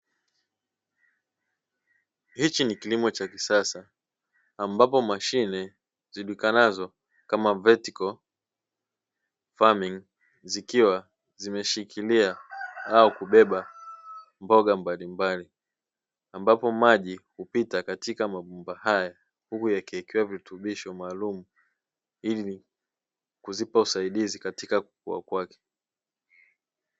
Hichi ni kilimo cha kisasa ambapo mashine zijulikanazo kama (vertical farming), zikiwa zimeshikilia au kubeba mboga mbalimbali, ambapo maji hupita katika mabumba hayo huku yakiwa virutubisho maalum ili kuzipa usaidizi katika kukua kwake.